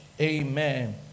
Amen